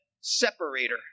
separator